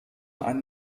ein